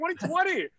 2020